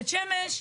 בית שמש,